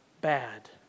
bad